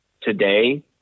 today